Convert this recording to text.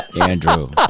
Andrew